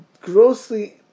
grossly